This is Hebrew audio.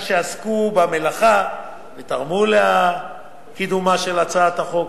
על שעסקו במלאכה ותרמו לקידומה של הצעת החוק.